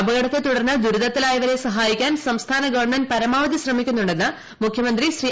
അപകടത്തെ തുടർന്ന് ദുരിതത്തിലായവരെ സഹായിക്കാൻ സംസ്ഥാന ഗവൺമെന്റ് പരമാവധി ശ്രമിക്കുന്നുണ്ടെന്ന് മുഖ്യമന്ത്രി ശ്രീ